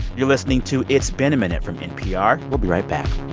you're listening to it's been a minute from npr. we'll be right back